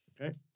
Okay